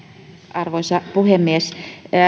arvoisa puhemies